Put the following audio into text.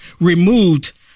removed